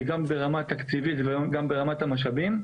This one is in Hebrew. גם ברמה התקציבית וגם ברמת המשאבים.